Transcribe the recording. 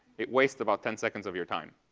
it wastes about ten seconds of your time.